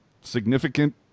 Significant